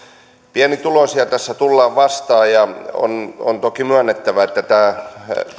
pienituloisia tässä tullaan vastaan ja on on toki myönnettävä että tätä